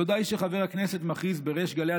לא די שחבר הכנסת מכריז בריש גלי על